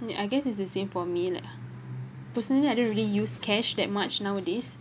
mm I guess it's the same for me like uh personally I don't really use cash that much nowadays